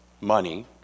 money